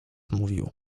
mówił